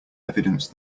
evidence